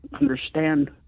understand